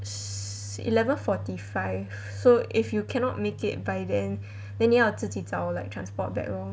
eleven forty five so if you cannot make it by then then 你要自己找 like transport back lor